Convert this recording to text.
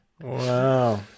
Wow